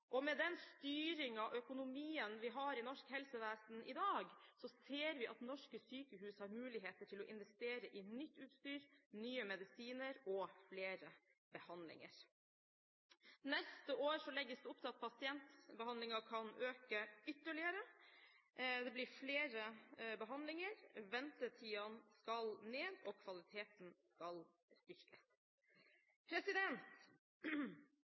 ned. Med den styringen av økonomien som vi har i norsk helsevesen i dag, ser vi at norske sykehus har muligheter til å investere i nytt utstyr, nye medisiner og flere behandlinger. Neste år legges det opp til at pasientbehandlingen kan økes ytterligere, det blir flere behandlinger, ventetidene skal ned, og kvaliteten skal